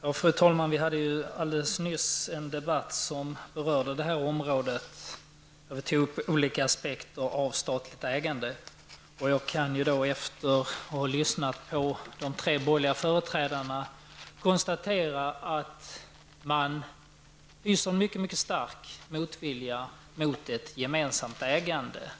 Fru talman! Vi hade alldeles nyss en debatt som berörde just det här området och där vi tog upp olika aspekter av statligt ägande. Jag kan efter att ha lyssnat på de tre borgerliga företrädarna konstatera att de hyser mycket stark motvilja mot ett gemensamt ägande.